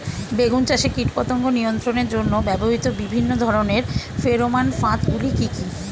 বেগুন চাষে কীটপতঙ্গ নিয়ন্ত্রণের জন্য ব্যবহৃত বিভিন্ন ধরনের ফেরোমান ফাঁদ গুলি কি কি?